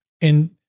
And-